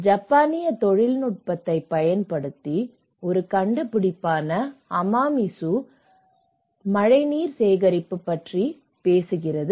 ஜப்பானிய தொழில்நுட்பத்தைப் பயன்படுத்தி ஒரு கண்டுபிடிப்பான அமாமிசு மழைநீர் சேகரிப்பு பற்றி பேசுகிறது